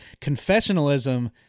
confessionalism